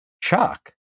Chuck